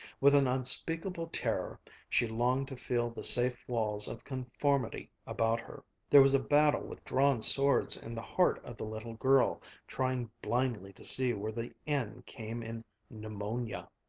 with an unspeakable terror she longed to feel the safe walls of conformity about her. there was a battle with drawn swords in the heart of the little girl trying blindly to see where the n came in pneumonia.